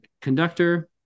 conductor